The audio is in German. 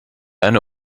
eine